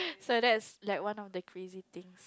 so that's like one of the crazy thing